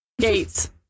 Gates